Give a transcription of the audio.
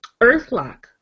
Earthlock